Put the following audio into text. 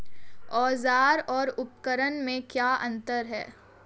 औज़ार और उपकरण में क्या अंतर है?